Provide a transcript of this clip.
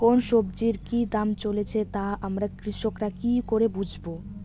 কোন সব্জির কি দাম চলছে তা আমরা কৃষক রা কি করে বুঝবো?